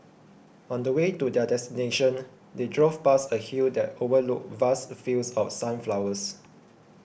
on the way to their destination they drove past a hill that overlooked vast fields of sunflowers